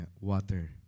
water